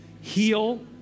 heal